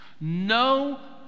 No